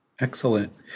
Excellent